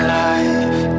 life